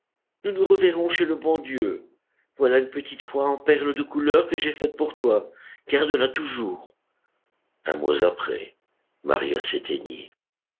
nous nous reverrons chez le bon dieu voilà une petite croix en perles de couleur que j'ai faite pour toi garde la toujours un mois après maria s'éteignit